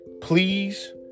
please